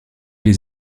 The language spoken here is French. les